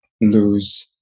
lose